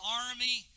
army